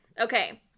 Okay